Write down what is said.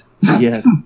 Yes